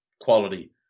quality